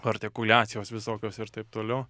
artikuliacijos visokios ir taip toliau